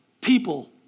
people